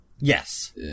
Yes